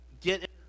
get